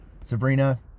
Sabrina